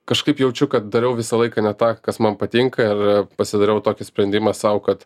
kažkaip jaučiu kad dariau visą laiką ne tą kas man patinka ir pasidariau tokį sprendimą sau kad